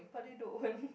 but they don't want